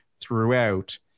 throughout